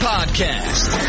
Podcast